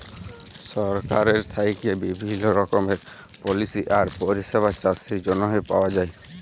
সরকারের থ্যাইকে বিভিল্ল্য রকমের পলিসি আর পরিষেবা চাষের জ্যনহে পাউয়া যায়